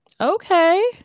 Okay